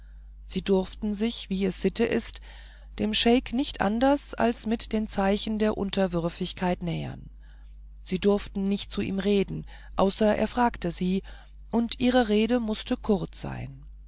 sie durften sich wie es sitte ist dem scheik nicht anders als mit den zeichen der unterwürfigkeit nähern sie durften nicht zu ihm reden außer er fragte sie und ihre rede mußte kurz sein